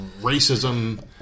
racism